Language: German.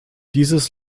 dieses